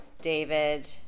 David